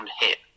hit